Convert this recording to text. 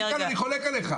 אני חולק עליך.